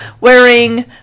wearing